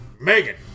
Megan